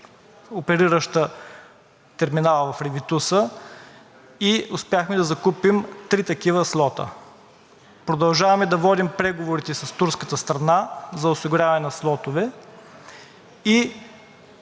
оперираща терминала в Ревитуса, и успяхме да закупим три такива слота. Продължаваме да водим преговорите с турската страна за осигуряване на слотове и